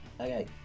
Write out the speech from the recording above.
Okay